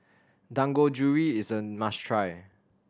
dangojiru is a must try